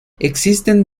existen